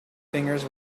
fingers